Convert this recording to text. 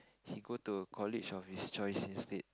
he go to a college of his choice instead